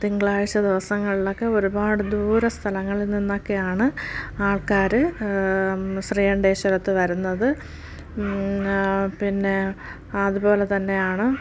തിങ്കളാഴ്ച് ദിവസങ്ങളിലൊക്കെ ഒരുപാട് ദൂരെ സ്ഥലങ്ങളിൽ നിന്നൊക്കെയാണ് ആൾക്കാർ ശ്രീകണ്ഠേശ്വരത്ത് വരുന്നത് പിന്നെ അതുപോലെ തന്നെയാണ്